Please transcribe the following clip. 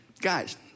Guys